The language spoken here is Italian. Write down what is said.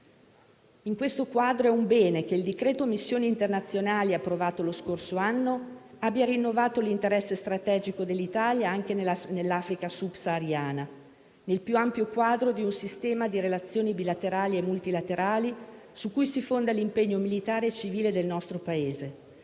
In questo quadro, è un bene che il decreto missioni internazionali approvato lo scorso anno abbia rinnovato l'interesse strategico dell'Italia anche nell'Africa subsahariana, nel più ampio quadro di un sistema di relazioni bilaterali e multilaterali su cui si fonda l'impegno militare e civile del nostro Paese.